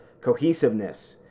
cohesiveness